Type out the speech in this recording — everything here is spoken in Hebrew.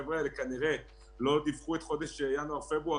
החבר'ה האלה כנראה לא דיווחו על חודש ינואר ופברואר,